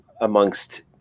amongst